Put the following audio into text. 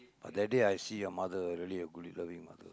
but that day I see your mother really a good loving mother